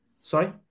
sorry